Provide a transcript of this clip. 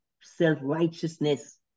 self-righteousness